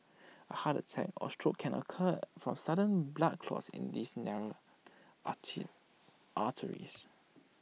A heart attack or stroke can occur from sudden blood clots in these narrowed arteries